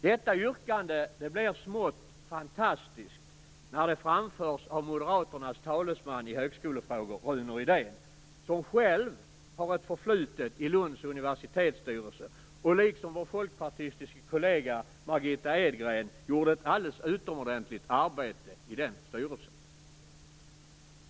Detta yrkande blir smått fantastiskt när det framförs av Moderaternas talesman i högskolefrågor, Rune Rydén, som själv har ett förflutet i Lunds universitetsstyrelse och liksom vår folkpartistiska kollega Margitta Edgren gjorde att alldeles utomordentligt arbete där.